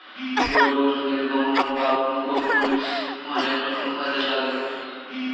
গরুর নির্গমন বা গোপুরীষ অনেক রকম কাজে লাগে